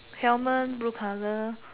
helmet blue colour